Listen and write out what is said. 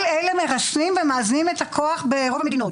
כל אלה מרסנים ומאזנים את הכוח ברוב המדינות.